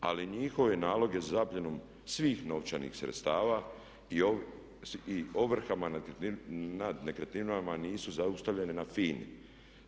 Ali njihove naloge zapljenom svih novčanih sredstava i ovrhama nad nekretninama nisu zaustavljeni na FINA-i.